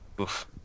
Oof